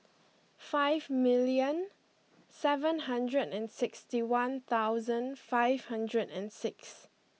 five milion seven hundred and sixty one thousand five hundred and six